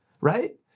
Right